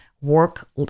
work